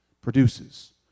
produces